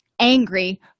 angry